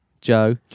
Joe